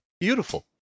Beautiful